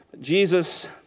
Jesus